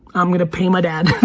i'm gonna pay my dad